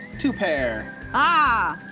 two pair. ah,